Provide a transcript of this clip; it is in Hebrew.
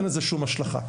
אין לזה שום השלכה.